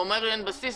הוא אומר אין בסיס,